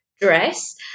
dress